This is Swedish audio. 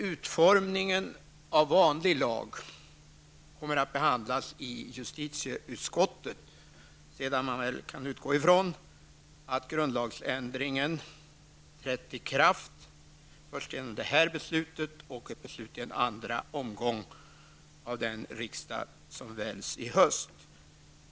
Utformningen av vanlig lag kommer att behandlas i justitieutskottet, sedan grundlagsändringen — som man kan utgå ifrån — trätt i kraft, först genom detta beslut och sedan ett beslut i en andra omgång av den riksdag som väljs i höst.